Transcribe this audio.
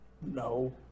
No